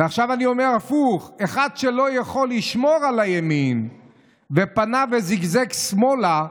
ועכשיו אני אומר הפוך: אחד שלא יכול לשמור על הימין ופנה וזיגזג שמאלה,